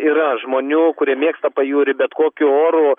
yra žmonių kurie mėgsta pajūrį bet kokiu oru